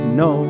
no